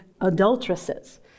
adulteresses